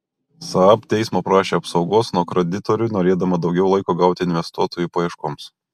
saab teismo prašė apsaugos nuo kreditorių norėdama daugiau laiko gauti investuotojų paieškoms